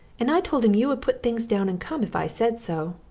and i told him you would put things down and come if i said so.